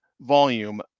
volume